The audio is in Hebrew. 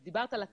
דיברת על התכ'לס.